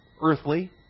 earthly